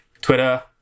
Twitter